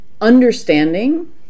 understanding